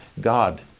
God